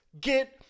get